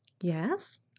yes